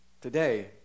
today